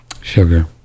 sugar